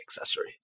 accessory